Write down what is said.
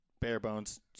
bare-bones